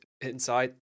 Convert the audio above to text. inside